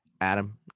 Adam